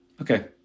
Okay